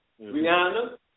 Rihanna